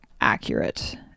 accurate